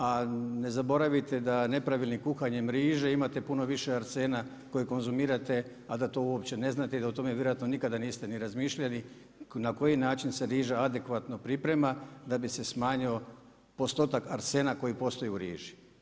A ne zaboravite da nepravilnim kuhanjem riže imate puno više arsena kojeg konzumirate, a da to uopće ne znate i da o tome vjerojatno nikada niste ni razmišljali na koji način se riža adekvatno priprema da bi se smanjio postotak arsena koji postoji u riži.